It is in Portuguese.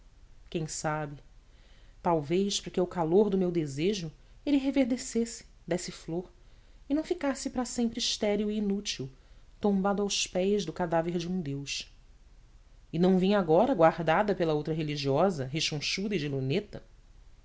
quem sabe talvez para que ao calor do meu desejo ele reverdecesse desse flor e não ficasse para sempre estéril e inútil tombado aos pés do cadáver de um deus e não vinha agora guardada pela outra religiosa rechonchuda e de luneta